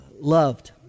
loved